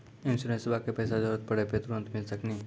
इंश्योरेंसबा के पैसा जरूरत पड़े पे तुरंत मिल सकनी?